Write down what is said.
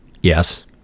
Yes